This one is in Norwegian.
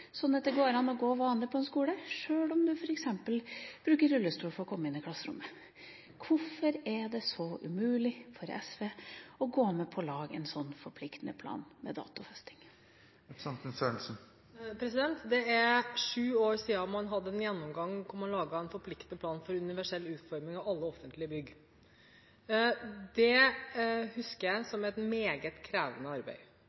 sånn at det går an å gå på en vanlig skole selv om man f.eks. bruker rullestol for å komme inn i klasserommet. Hvorfor er det så umulig for SV å gå med på å lage en sånn forpliktende plan med datofesting? Det er sju år siden man hadde en gjennomgang hvor man laget en forpliktende plan for universell utforming av alle offentlige bygg. Det husker jeg som et meget krevende arbeid.